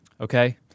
Okay